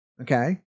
okay